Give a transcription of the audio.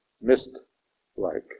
Mist-like